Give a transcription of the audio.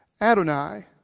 Adonai